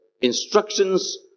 instructions